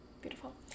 beautiful